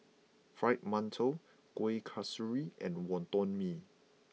Fried Mantou Kuih Kasturi and Wonton Mee